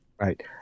right